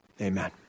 amen